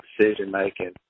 decision-making